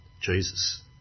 Jesus